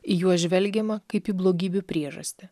į juos žvelgiama kaip į blogybių priežastį